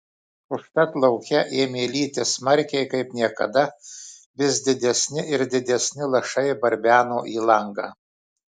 užtat lauke ėmė lyti smarkiai kaip niekada vis didesni ir didesni lašai barbeno į langą